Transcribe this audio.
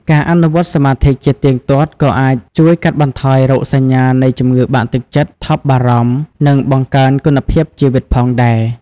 ការអនុវត្តន៍សមាធិជាទៀងទាត់ក៏អាចជួយកាត់បន្ថយរោគសញ្ញានៃជំងឺបាក់ទឹកចិត្ត ថប់បារម្ភ និងបង្កើនគុណភាពជីវិតផងដែរ។